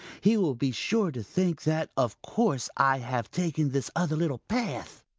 he will be sure to think that of course i have taken this other little path,